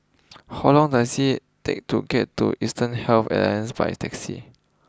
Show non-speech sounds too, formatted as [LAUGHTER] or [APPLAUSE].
[NOISE] how long does it take to get to Eastern Health Alliance by taxi